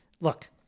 Look